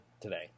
today